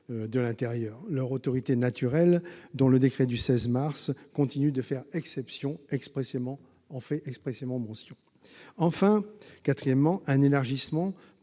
leur autorité naturelle, dont le décret du 16 mars continue de faire expressément mention ; quatrièmement, un élargissement